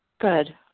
Good